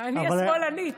אני השמאלנית.